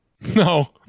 No